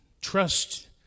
trust